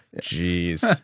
Jeez